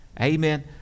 Amen